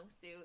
suit